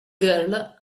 girl